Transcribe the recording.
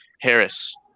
Harris